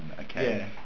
okay